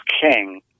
king